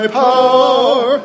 power